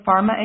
Pharma